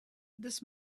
this